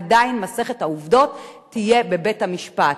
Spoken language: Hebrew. עדיין מסכת העובדות תהיה בבית-המשפט.